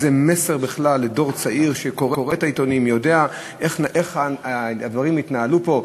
זה מסר בכלל לדור צעיר שקורא את העיתונים ויודע איך הדברים התנהלו פה?